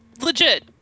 legit